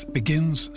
begins